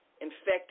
infected